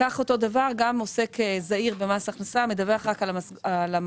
כך גם עוסק זעיר במס הכנסה מדווח רק על המחזור,